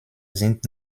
sind